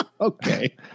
Okay